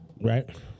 Right